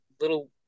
little